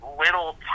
little